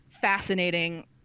fascinating